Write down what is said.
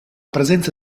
presenza